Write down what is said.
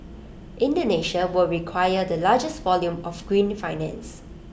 Indonesia will require the largest volume of green finance